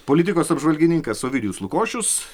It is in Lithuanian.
politikos apžvalgininkas ovidijus lukošius